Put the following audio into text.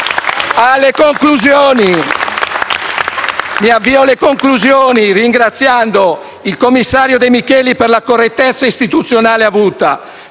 e FI-BP)*. Mi avvio alle conclusioni ringraziando il commissario De Micheli per la correttezza istituzionale avuta;